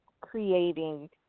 creating